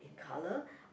colour